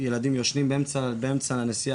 ילדים ישנים באמצע הנסיעה,